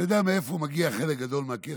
אתה יודע מאיפה מגיע חלק גדול מהכסף?